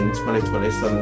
2027